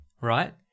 right